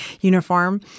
uniform